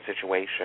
situation